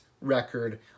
record